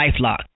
LifeLock